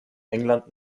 england